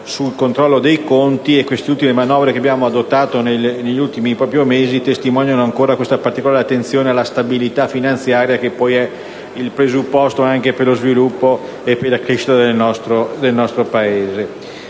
sul controllo dei conti. Queste ultime manovre che abbiamo adottato proprio negli ultimi mesi testimoniano ancora questa particolare attenzione alla stabilità finanziaria, che poi è il presupposto anche per lo sviluppo e la crescita del nostro Paese.